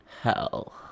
Hell